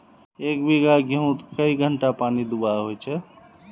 एक बिगहा गेँहूत कई घंटा पानी दुबा होचए?